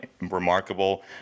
remarkable